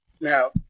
now